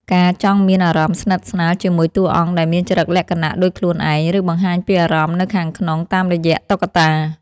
ការចង់មានអារម្មណ៍ស្និទ្ធស្នាលជាមួយតួអង្គដែលមានចរិតលក្ខណៈដូចខ្លួនឯង ឬបង្ហាញពីអារម្មណ៍នៅខាងក្នុងតាមរយៈតុក្កតា។